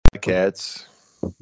cats